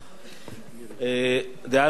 דעה נוספת, חברת הכנסת מירי רגב, בבקשה.